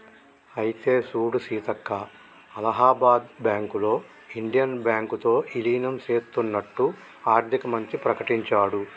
అయితే సూడు సీతక్క అలహాబాద్ బ్యాంకులో ఇండియన్ బ్యాంకు తో ఇలీనం సేత్తన్నట్టు ఆర్థిక మంత్రి ప్రకటించాడు